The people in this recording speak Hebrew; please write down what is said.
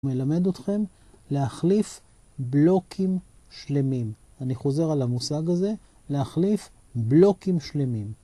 מלמד אתכם להחליף בלוקים שלמים. אני חוזר על המושג הזה, להחליף בלוקים שלמים.